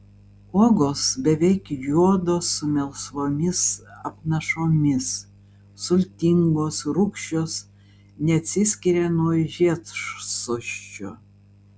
uogos beveik juodos su melsvomis apnašomis sultingos rūgščios neatsiskiria nuo žiedsosčio